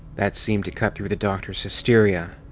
that seemed to cut through the doctor's hysteria.